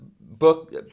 book